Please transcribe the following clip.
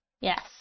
Yes